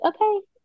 okay